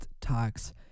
Talks